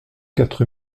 quatre